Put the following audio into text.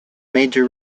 major